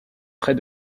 près